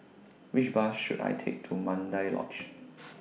Which Bus should I Take to Mandai Lodge